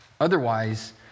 Otherwise